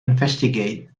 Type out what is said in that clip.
investigate